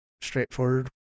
straightforward